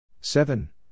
seven